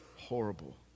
horrible